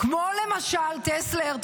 כמו למשל טסלר.